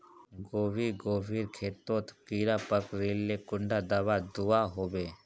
गोभी गोभिर खेतोत कीड़ा पकरिले कुंडा दाबा दुआहोबे?